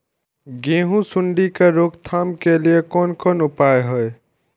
गेहूँ सुंडी के रोकथाम के लिये कोन कोन उपाय हय?